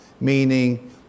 meaning